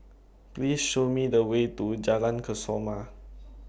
Please Show Me The Way to Jalan Kesoma